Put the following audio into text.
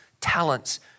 talents